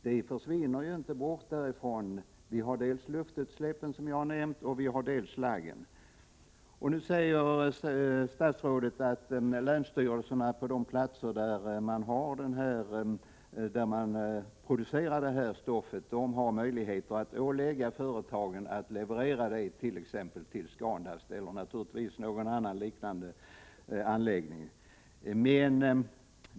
Det försvinner inte därifrån utan stannar kvar dels i form av luftutsläpp, dels i form av slagg. Statsrådet säger nu att länsstyrelserna på de platser där, de företag som producerar stoftet ligger har möjlighet att ålägga vederbörande företag att leverera avfallet till ScanDust eller någon annan liknande anläggning.